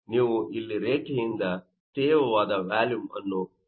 ನೀವು ಇಲ್ಲಿ ಈ ರೇಖೆಯಿಂದ ತೇವವಾದ ವ್ಯಾಲುಮ್ ಅನ್ನು ಲೆಕ್ಕ ಹಾಕಬಹುದು